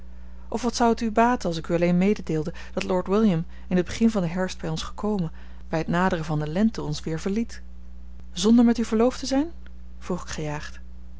of wat zou het u baten als ik u alleen mededeelde dat lord william in t begin van den herfst bij ons gekomen bij het naderen van de lente ons weer verliet zonder met u verloofd te zijn vroeg ik gejaagd